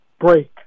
break